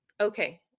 Okay